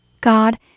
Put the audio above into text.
God